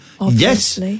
yes